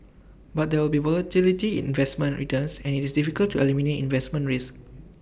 but there will be volatility in investment returns and IT is difficult to eliminate investment risk